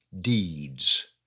Deeds